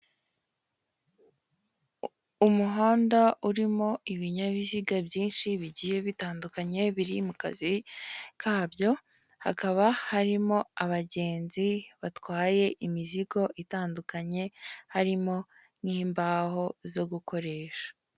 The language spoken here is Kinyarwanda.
Umuhanda urimo ibinyabiziga byinshi bigiye bitandukanye biri mu kazi kabyo hakaba harimo abagenzi batwaye imizigo itandukanye harimo n'imbaho zo gukoresha.